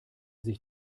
sich